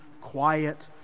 quiet